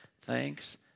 thanks